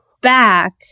back